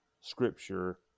scripture